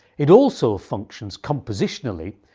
it also functions compositionally,